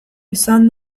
izan